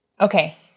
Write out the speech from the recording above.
okay